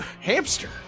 Hamster